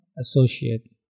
associate